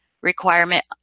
requirement